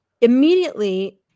immediately